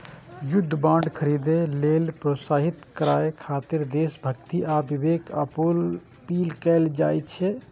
युद्ध बांड खरीदै लेल प्रोत्साहित करय खातिर देशभक्ति आ विवेक के अपील कैल जाइ छै